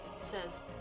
says